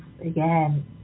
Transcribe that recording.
again